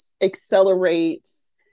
accelerates